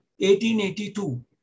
1882